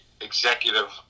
executive